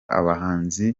abahanzi